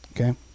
Okay